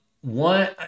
one